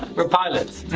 we're pilots.